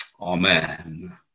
Amen